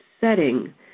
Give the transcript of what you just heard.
setting